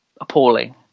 appalling